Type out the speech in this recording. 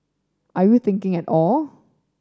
are you thinking at all